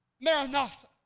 Maranatha